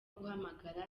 guhamagara